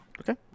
Okay